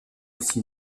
aussi